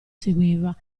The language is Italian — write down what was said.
seguiva